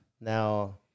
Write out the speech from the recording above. Now